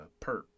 perp